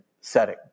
setting